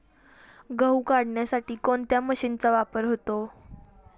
गहू काढण्यासाठी कोणत्या मशीनचा वापर होतो?